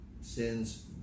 sin's